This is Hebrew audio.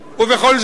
ובכל זאת,